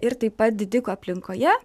ir taip pat didikų aplinkoje